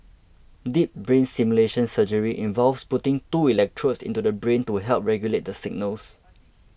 deep brain stimulation surgery involves putting two electrodes into the brain to help regulate the signals